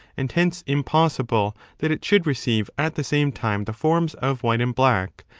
and hence impossible that it should receive at the same time the forms of white and black,